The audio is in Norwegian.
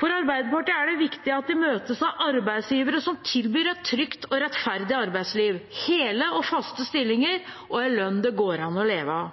For Arbeiderpartiet er det viktig at de møtes av arbeidsgivere som tilbyr et trygt og rettferdig arbeidsliv, hele og faste stillinger og en lønn det går an å leve av.